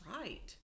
right